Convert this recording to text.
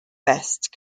best